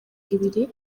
ibiri